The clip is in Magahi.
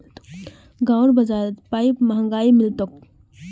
गांउर बाजारत पाईप महंगाये मिल तोक